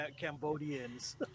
Cambodians